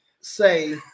say